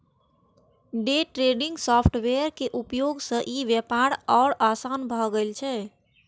day trading software के उपयोग सं ई व्यापार आर आसान भए गेल छै